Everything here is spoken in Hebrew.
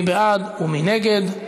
מי בעד ומי נגד?